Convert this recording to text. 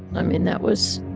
i mean, that was